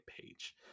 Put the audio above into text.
page